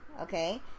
Okay